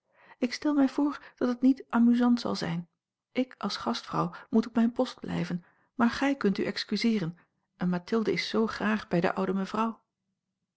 ik stel mij voor dat het niet amusant zal zijn ik als gastvrouw moet op mijn post blijven maar gij kunt u excuseeren en mathilde is zoo graag bij de oude mevrouw